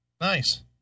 Nice